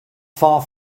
far